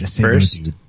First